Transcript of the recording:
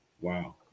Wow